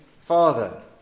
father